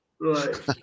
Right